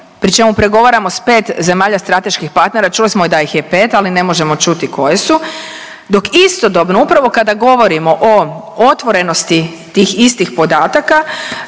pri čemu pregovaramo sa pet zemalja strateških partnera. Čuli smo da ih je pet, ali ne možemo čuti koje su dok istodobno, upravo kada govorimo o otvorenosti tih istih podataka